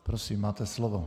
Prosím, máte slovo.